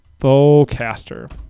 bowcaster